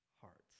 hearts